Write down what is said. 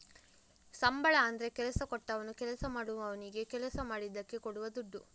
ಸಂಬಳ ಅಂದ್ರೆ ಕೆಲಸ ಕೊಟ್ಟವನು ಕೆಲಸ ಮಾಡುವವನಿಗೆ ಕೆಲಸ ಮಾಡಿದ್ದಕ್ಕೆ ಕೊಡುವ ದುಡ್ಡು